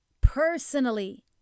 personally